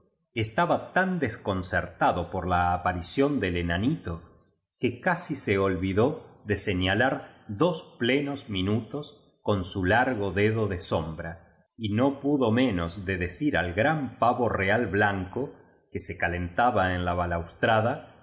taba tan desconcertado por la aparición del enauito que casi se olvidó dese ñalar dos plenos minutos con su largo dedo de som bra y no pudo menos de decir al gran pavo real blanco que se ca lentaba en la